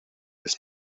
this